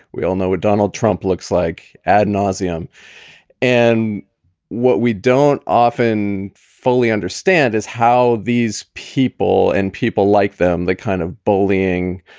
we all know what donald trump looks like. ad nauseum and what we don't often fully understand is how these people and people like them, the kind of bullying,